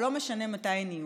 או לא משנה מתי הן יהיו.